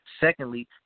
Secondly